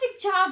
job